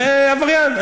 הוא עבריין,